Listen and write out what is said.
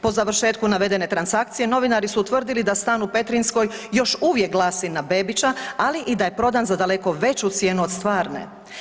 Po završetku navedene transakcije novinari su utvrdili da stan u Petrinjskoj još uvijek glasi na Bebića, ali i da je prodan za daleko veću cijenu od stvarne.